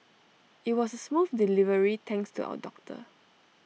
IT was A smooth delivery thanks to our doctor